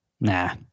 Nah